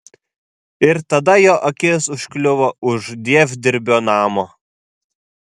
ir tada jo akis užkliuvo už dievdirbio namo